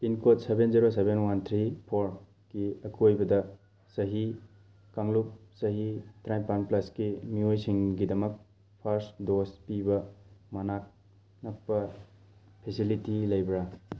pin code seven zero seven one three four ꯀꯤ ꯑꯀꯣꯏꯕꯗ ꯆꯍꯤ ꯀꯥꯡꯂꯨꯞ ꯆꯍꯤ ꯇꯔꯥꯅꯤꯄꯥꯟ ꯄ꯭ꯂꯁꯀꯤ ꯃꯤꯑꯣꯏꯁꯤꯡꯒꯤꯗꯃꯛ ꯐꯥꯔꯁ ꯗꯣꯖ ꯄꯤꯕ ꯃꯅꯥꯛ ꯅꯛꯄ ꯐꯦꯁꯤꯂꯤꯇꯤ ꯂꯩꯕ꯭ꯔꯥ